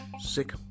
sick